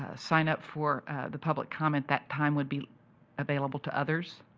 ah sign up for the public comment that time would be available to others.